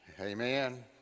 Amen